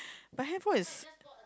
but handphone is